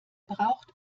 braucht